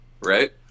right